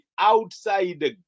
Outside